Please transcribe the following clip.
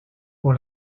pour